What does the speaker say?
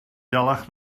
dalach